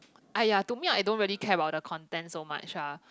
!aiya! to me I don't really care about the content so much lah